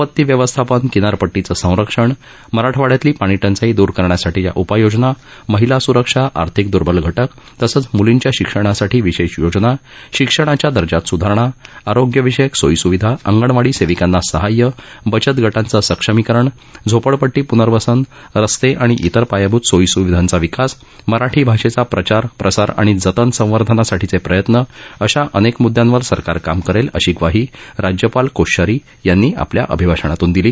आपती व्यवस्थापन किनारपटटीचं संरक्षण मराठवाड़यातली पाणीटंचाई द्र करण्यासाठीच्या उपाययोजना महिला सुरक्षा आर्थिक दुर्बल घटक तसंच मुलींच्या शिक्षणासाठी विशेष योजना शिक्षणाच्या दर्जात सुधारणा आरोग्यविषयक सोयीसुविधा अंगणवाडी सेविकांना सहाय्य बचतगटांचं सक्षमीकरण झोपड्डपट्टी पूनर्वसन रस्ते आणि इतर पायाभूत सोयी सूविधांचा विकास मराठी भाषेचा प्रचार प्रसार आणि जतन संवर्धनासाठीचे प्रयत्न अशा अनेक म्द्यांवर सरकार काम करेल अशी ग्वाही राज्यपाल भगतसिंग कोश्यारी यांनी आपल्या अभिभाषणातून दिली